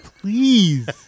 please